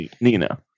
Nina